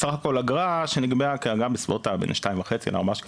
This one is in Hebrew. בסך הכל אגרה שנקבעה כאגרה בסביבות בין 2.5 ש"ח ל- 4 ש"ח,